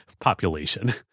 population